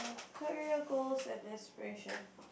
career goals and aspiration